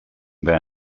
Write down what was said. their